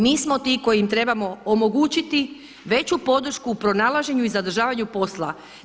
Mi smo ti koji im trebamo omogućiti veću podršku u pronalaženju i zadržavanju posla.